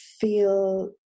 feel